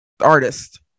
artist